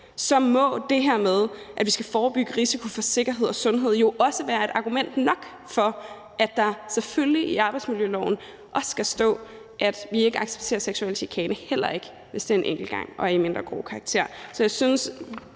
– må det her med, at vi skal forebygge risiko i forhold til sikkerhed og sundhed, jo også være argument nok for, at der selvfølgelig i arbejdsmiljøloven også skal stå, at vi ikke accepterer seksuel chikane, heller ikke, hvis det er en enkelt gang og af mindre grov karakter.